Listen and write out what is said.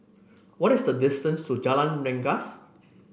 what is the distance to Jalan Rengas